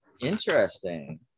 Interesting